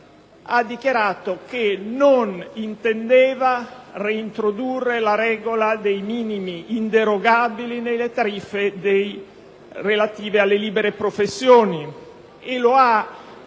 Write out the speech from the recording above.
ha dichiarato che non intendeva reintrodurre la regola dei minimi inderogabili nelle tariffe relative alle libere professioni. Ha